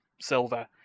silver